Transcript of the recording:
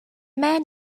man